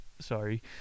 Sorry